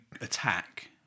attack